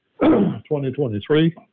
2023